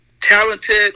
talented